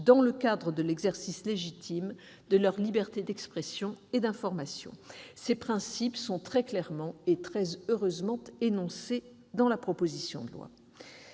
dans le cadre de l'exercice légitime de leur liberté d'expression et d'information. Ces principes sont très clairement et très heureusement énoncés dans la présente proposition de loi.